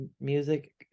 music